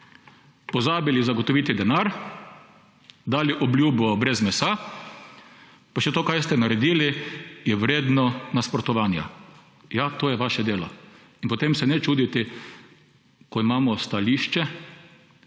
pozabili zagotoviti denar, dali obljubo brez mesa, pa še to, kar ste naredili, je vredno nasprotovanja. Ja, to je vaše delo. In potem se ne čuditi, ko imamo stališče,